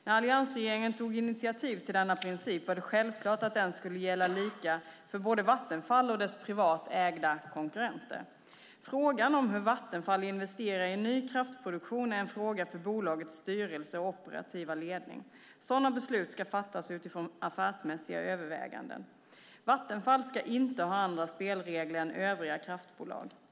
När alliansregeringen tog initiativ till denna princip var det självklart att den skulle gälla lika för både Vattenfall och dess privat ägda konkurrenter. Frågan om hur Vattenfall investerar i ny kraftproduktion är en fråga för bolagets styrelse och operativa ledning. Sådana beslut ska fattas utifrån affärsmässiga överväganden. Vattenfall ska inte ha andra spelregler än övriga kraftbolag.